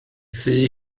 thŷ